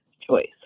choice